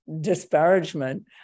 disparagement